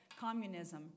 communism